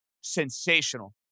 sensational